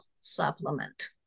supplement